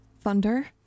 thunder